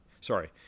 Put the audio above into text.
sorry